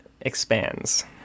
expands